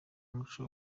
umuco